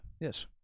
Yes